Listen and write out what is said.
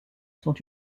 sont